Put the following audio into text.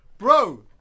Bro